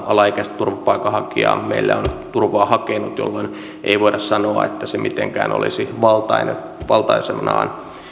alaikäistä turvapaikanhakijaa meillä on turvaa hakenut jolloin ei voida sanoa että mitenkään olisi valtaisenaan